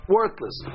worthless